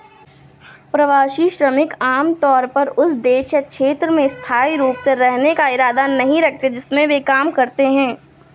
प्रवासी श्रमिक आमतौर पर उस देश या क्षेत्र में स्थायी रूप से रहने का इरादा नहीं रखते हैं जिसमें वे काम करते हैं